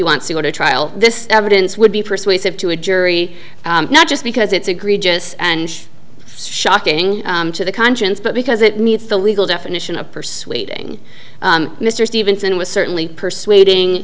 wants to go to trial this evidence would be persuasive to a jury not just because it's agreed just and shocking to the conscience but because it meets the legal definition of persuading mr stevenson was certainly persuading